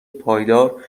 پایدار